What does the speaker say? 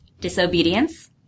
Disobedience